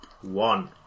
One